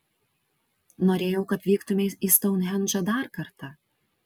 norėjau kad vyktumei į stounhendžą dar kartą